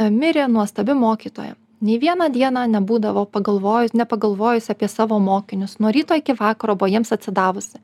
mirė nuostabi mokytoja nei vieną dieną nebūdavo pagalvojus nepagalvojus apie savo mokinius nuo ryto iki vakaro buvo jiems atsidavusi